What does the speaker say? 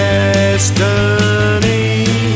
Destiny